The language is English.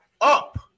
up